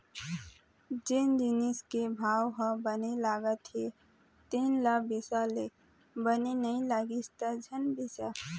जेन जिनिस के भाव ह बने लागत हे तेन ल बिसा ले, बने नइ लागिस त झन बिसा